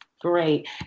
Great